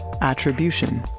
Attribution